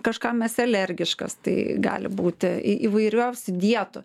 kažkam esi alergiškas tai gali būti įvairiausių dietų